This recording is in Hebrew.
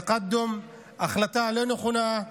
תקאדום, החלטה לא נכונה,